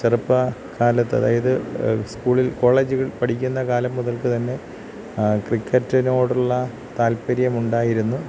ചെറുപ്പക്കാലത്ത് അതായത് സ്കൂളിൽ കോളേജുകൾ പഠിക്കുന്ന കാലം മുതൽക്ക് തന്നെ ക്രിക്കറ്റിനോടുള്ള താല്പര്യം ഉണ്ടായിരുന്നു